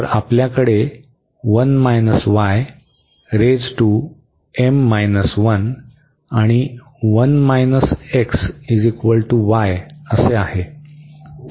तर तर आपल्याकडे आणि 1 x y आहे